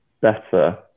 better